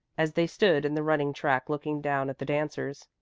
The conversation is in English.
as they stood in the running-track looking down at the dancers.